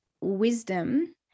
wisdom